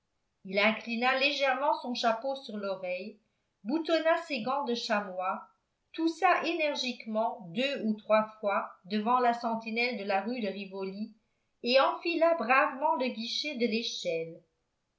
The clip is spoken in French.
il inclina légèrement son chapeau sur l'oreille boutonna ses gants de chamois toussa énergiquement deux ou trois fois devant la sentinelle de la rue de rivoli et enfila bravement le guichet de l'échelle